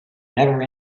never